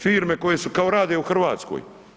Firme koje su, kao rade u Hrvatskoj.